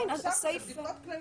אלו בדיקות כלליות.